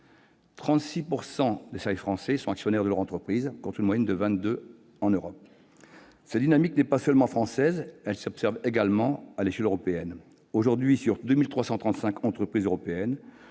36 % des salariés français sont actionnaires de leur entreprise, contre une moyenne de 22 % en Europe. Cette dynamique n'est pas seulement française ; elle s'observe également à l'échelle européenne. Aujourd'hui, sur 2 335 entreprises européennes